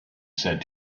said